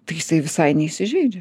tai jisai visai neįsižeidžia